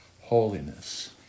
holiness